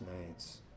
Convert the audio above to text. nights